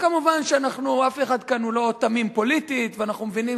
מובן שאף אחד כאן הוא לא תמים פוליטית ואנחנו מבינים